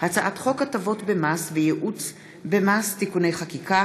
הצעת חוק הטבות במס וייעוץ במס (תיקוני חקיקה)